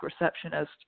receptionist